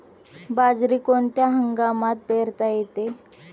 बाजरी कोणत्या हंगामात पेरता येते?